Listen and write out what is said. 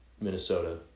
Minnesota